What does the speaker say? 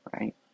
right